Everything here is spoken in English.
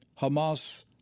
Hamas